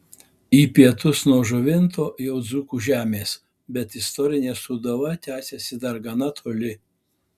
į pietus nuo žuvinto jau dzūkų žemės bet istorinė sūduva tęsiasi dar gana toli